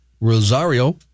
Rosario